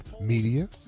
Media